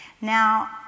Now